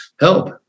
help